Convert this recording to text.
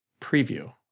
preview